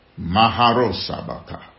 Maharosabaka